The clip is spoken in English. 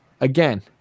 again